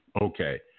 okay